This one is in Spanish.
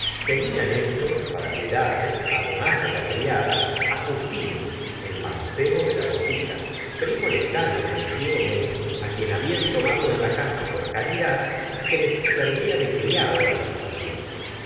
tenían éstos para cuidarles además de la criada justino el mancebo de la botica primo lejano de m homais quien habían tomado en la casa por caridad y que les servía de criado al mismo tiempo